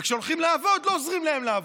וכשהולכים לעבוד, לא עוזרים להם לעבוד.